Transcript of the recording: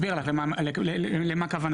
זאת הייתה הכוונה.